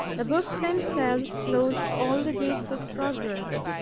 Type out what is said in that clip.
the books themselves closed all the gates of progress.